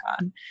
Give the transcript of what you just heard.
on